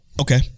okay